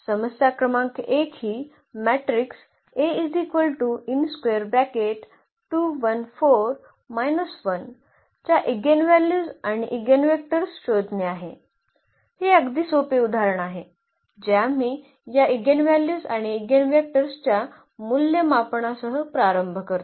समस्या क्रमांक 1 ही मॅट्रिक्स च्या ईगेनव्हल्यूज आणि ईगेनवेक्टर्स शोधणे आहे हे अगदी सोपे उदाहरण आहे जे आम्ही या ईगेनव्हल्यूज आणि ईगेनवेक्टर्स च्या मूल्यमापनासह प्रारंभ करतो